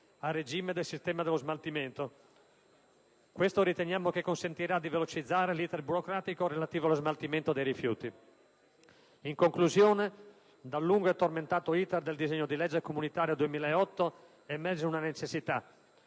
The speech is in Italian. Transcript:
a regime del sistema dello smaltimento. Riteniamo che ciò consentirà di velocizzare l'*iter* burocratico relativo allo smaltimento dei rifiuti. In conclusione, dal lungo e tormentato *iter* del disegno di legge comunitaria 2008 emerge una necessità,